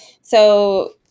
So-